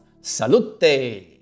salute